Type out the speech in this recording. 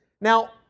Now